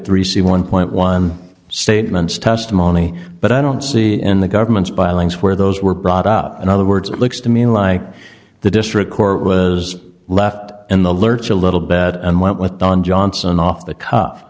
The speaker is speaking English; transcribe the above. three c one point one statements testimony but i don't see in the government by links where those were brought up in other words it looks to me like the district court was left in the lurch a little bit and went with don johnson off the cuff